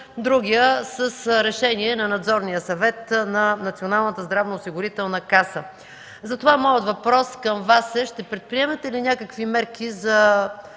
другият с решение на Надзорния съвет на Националната здравноосигурителна каса. Затова моят въпрос към Вас е: ще предприемете ли някакви мерки за